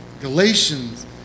Galatians